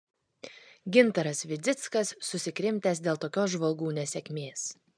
gintaras vidzickas susikrimtęs dėl tokios žvalgų nesėkmės